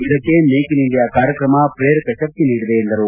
ಇದಕ್ಕೆ make in India ಕಾರ್ಯಕ್ರಮ ಪ್ರೇರಕ ಶಕ್ತಿ ನೀಡಿದೆ ಎಂದರು